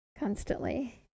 Constantly